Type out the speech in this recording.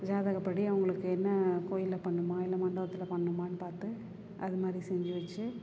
ஜாதகப்படி அவர்களுக்கு என்ன கோயிலில் பண்ணணுமா இல்லை மண்டபத்தில் பண்ணணுமான்னு பார்த்து அது மாதிரி செஞ்சு வச்சு